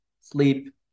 sleep